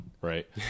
right